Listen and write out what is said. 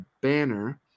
banner